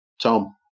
Tom